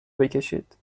بکشید